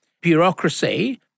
bureaucracy